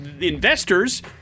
investors